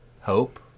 hope